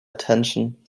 attention